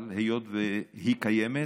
אבל היות שהיא קיימת,